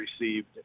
received